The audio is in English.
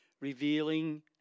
revealing